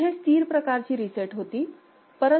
इथे स्थिर प्रकारची प्रीसेट होती